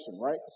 right